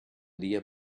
dia